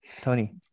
Tony